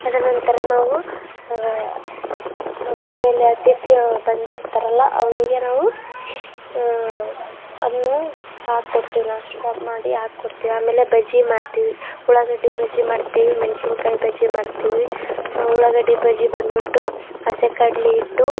ಅದರ ನಂತರ ನಾವು ನಮ್ಮಮನೆಯಲ್ಲಿ ಅತಿಥಿ ಅವ್ರ್ ಬಂದಿರ್ತತಾರಲ್ಲ ಅವರಿಗೆ ನಾವು ಅದನ್ನ ಹಾಕಿ ಕೊಡ್ತೀವ್ ನಾಷ್ಟ ಮಾಡಿ ಹಾಕ್ ಕೊಡ್ತೀವ್ ಆಮೇಲೆ ಬಜ್ಜಿ ಮಾಡ್ತೀವಿ ಉಳಾಗಡ್ಡಿ ಬಜ್ಜಿ ಮಾಡ್ತೀವಿ ಮೆಣಸಿನ್ಕಾಯ್ ಬಜ್ಜಿ ಮಾಡ್ತೀವಿ ಉಳ್ಳಾಗಡ್ಡಿ ಬಜ್ಜಿ ಬಂದುಬಿಟ್ಟು ಹಸಿ ಕಡ್ಲೆ ಹಿಟ್ಟು